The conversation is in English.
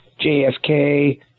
JFK